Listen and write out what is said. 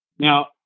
Now